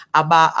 aba